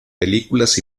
películas